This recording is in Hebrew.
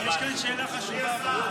יש לי שאלה חשובה.